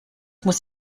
muss